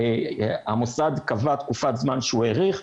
המוסד קבע תקופת זמן שהוא האריך.